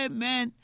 Amen